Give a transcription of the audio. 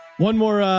one more.